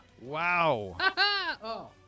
Wow